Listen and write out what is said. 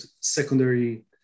secondary